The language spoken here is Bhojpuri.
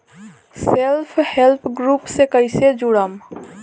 सेल्फ हेल्प ग्रुप से कइसे जुड़म?